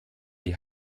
die